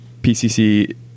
pcc